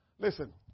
Listen